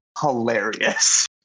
hilarious